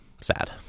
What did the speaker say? sad